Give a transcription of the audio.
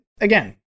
again